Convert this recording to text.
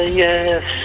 yes